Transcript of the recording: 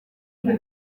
ibi